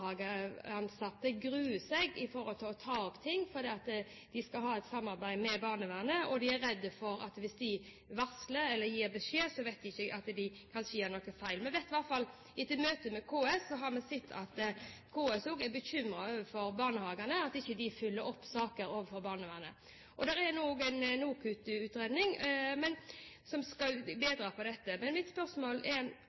barnehageansatte gruer seg for å ta opp ting, for de skal ha et samarbeid med barnevernet. De er redde for at hvis de varsler eller gir beskjed om noe, kan de kanskje gjøre noe feil. Vi vet i alle fall, etter møte med KS, at også KS er bekymret for at barnehagene ikke følger opp saker overfor barnevernet. Det er også en NOKUT-utredning som skal